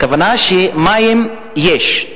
והכוונה שמים יש,